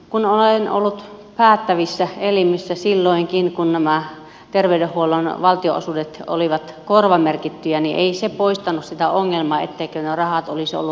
kun olen ollut päättävissä elimissä silloinkin kun nämä terveydenhuollon valtionosuudet olivat korvamerkittyjä ei se poistanut sitä ongelmaa etteivätkö nuo rahat olisi olleet riittämättömiä aina